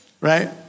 right